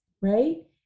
right